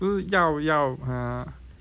不是要要